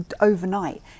overnight